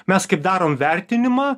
mes kaip darom vertinimą